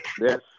yes